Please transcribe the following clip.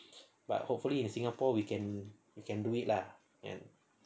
but hopefully in singapore we can can do it lah eh